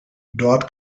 dort